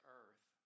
earth